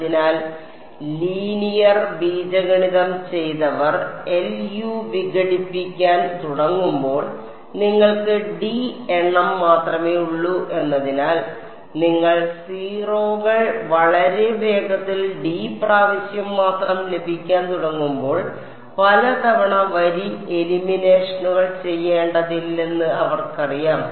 അതിനാൽ ലീനിയർ ബീജഗണിതം ചെയ്തവർ LU വിഘടിപ്പിക്കാൻ തുടങ്ങുമ്പോൾ നിങ്ങൾക്ക് d എണ്ണം മാത്രമേ ഉള്ളൂ എന്നതിനാൽ നിങ്ങൾ 0 കൾ വളരെ വേഗത്തിൽ d പ്രാവശ്യം മാത്രം ലഭിക്കാൻ തുടങ്ങുമ്പോൾ പല തവണ വരി എലിമിനേഷനുകൾ ചെയ്യേണ്ടതില്ലെന്ന് അവർക്കറിയാം